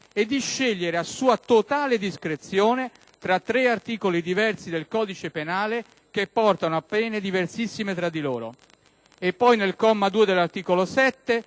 e di scegliere a sua totale discrezione fra tre articoli diversi del codice penale, che portano a pene diversissime tra di loro. E poi, nel comma 2 dell'articolo 7,